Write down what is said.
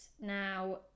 Now